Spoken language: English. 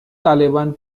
taliban